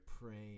praying